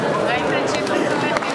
ברגע שיגיע יושב-ראש ועדת הכנסת,